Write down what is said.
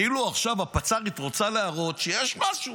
כאילו עכשיו הפצ"רית רוצה להראות שיש משהו.